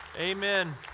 amen